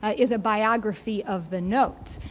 ah is a biography of the note.